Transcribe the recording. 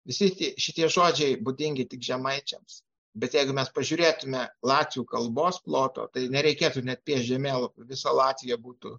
visi tie šitie žodžiai būdingi tik žemaičiams bet jeigu mes pažiūrėtume latvių kalbos ploto tai nereikėtų net piešt žemėlapių visa latvija būtų